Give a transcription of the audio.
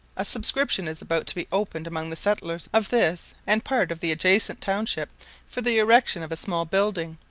a subscription is about to be opened among the settlers of this and part of the adjacent township for the erection of a small building,